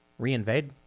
reinvade